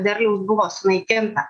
derliaus buvo sunaikinta